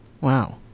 Wow